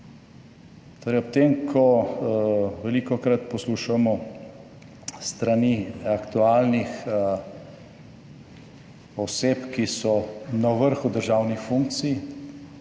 Torej ob tem, ko velikokrat poslušamo s strani aktualnih oseb, ki so na vrhu državnih funkcij,